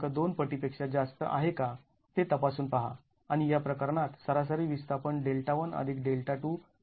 २ पटी पेक्षा जास्त आहे का ते तपासून पहा आणि या प्रकरणात सरासरी विस्थापन आहे